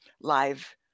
live